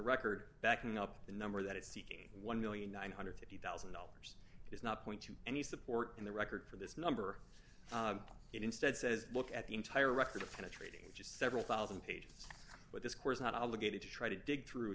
record backing up the number that is seeking one million one hundred and fifty thousand dollars is not point to any support in the record for this number it instead says look at the entire record of penetrating just several one thousand pages but this course not obligated to try to dig through